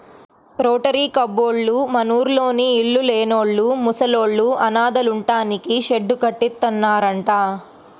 rotary కబ్బోళ్ళు మనూర్లోని ఇళ్ళు లేనోళ్ళు, ముసలోళ్ళు, అనాథలుంటానికి షెడ్డు కట్టిత్తన్నారంట